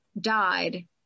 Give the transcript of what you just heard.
died